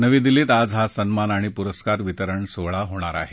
नवी दिल्लीत आज हा सन्मान आणि पुरस्कार वितरण सोहळा होईल